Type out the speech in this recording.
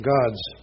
God's